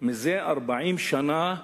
לא שופצה זה 40 שנה.